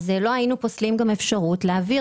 לא היינו פוסלים גם אפשרות להעביר